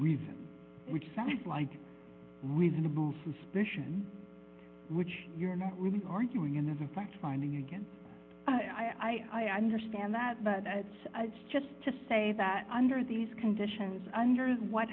reason which sounds like reasonable suspicion which you're not really arguing in of a fact finding again i understand that but it's just to say that under these conditions under is what